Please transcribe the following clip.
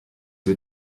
wir